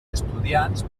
estudiants